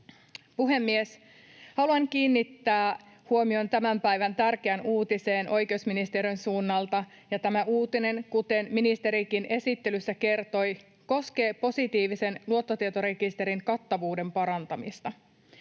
Puhemies! Haluan kiinnittää huomion tämän päivän tärkeään uutiseen oikeusministeriön suunnalta, ja tämä uutinen, kuten ministerikin esittelyssä kertoi, koskee positiivisen luottotietorekisterin kattavuuden parantamista.